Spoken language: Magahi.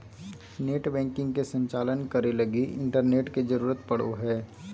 नेटबैंकिंग के संचालन करे लगी इंटरनेट के जरुरत पड़ो हइ